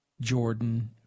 Jordan